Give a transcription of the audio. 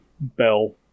bell